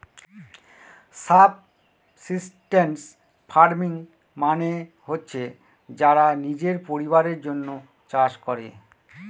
subsistence farming মানে হচ্ছে যারা নিজের পরিবারের জন্য চাষ করে